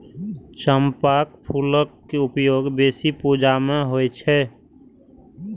चंपाक फूलक उपयोग बेसी पूजा मे होइ छै